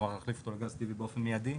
אנחנו נחליף אותו לגז טבעי באופן מיידי,